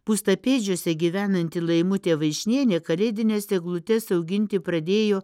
pūstapėdžiuose gyvenanti laimutė vaišnienė kalėdines eglutes auginti pradėjo